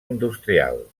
industrial